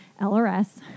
LRS